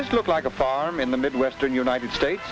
this looks like a farm in the midwestern united states